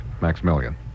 Maximilian